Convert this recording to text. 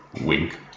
Wink